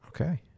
Okay